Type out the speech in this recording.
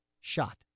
shot